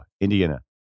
Indiana